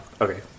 Okay